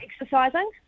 exercising